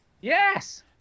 Yes